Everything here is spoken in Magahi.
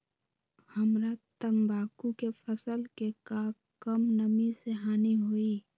हमरा तंबाकू के फसल के का कम नमी से हानि होई?